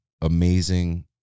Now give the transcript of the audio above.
amazing